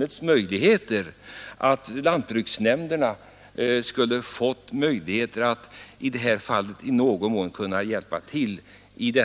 Jag hade hoppats att jordbruksministern skulle ha givit ett sådant medgivande att det funnits möjligheter för lantbruksnämnderna att i någon mån hjälpa jordbrukare att förvärva tillskottsjord. I